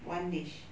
one dish